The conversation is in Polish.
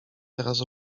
teraz